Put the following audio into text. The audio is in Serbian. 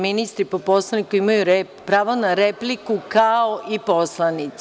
Ministri po Poslovniku imaju pravo na repliku, kao i poslanici.